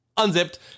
unzipped